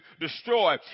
destroy